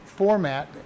format